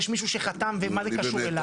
יש מישהו שחתם ומה זה קשור אליי.